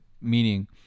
meaning